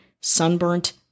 sunburnt